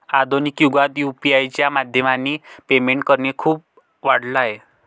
आधुनिक युगात यु.पी.आय च्या माध्यमाने पेमेंट करणे खूप वाढल आहे